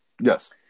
Yes